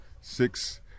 six